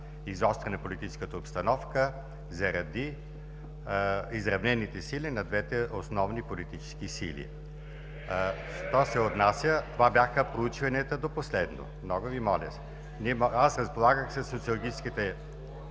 изострили политическата обстановка заради изравнените сили на двете основни политически сили. (Възгласи „Ееее!“ от ГЕРБ.) Това бяха проучванията до последно, много Ви моля. Аз разполагах със социологическите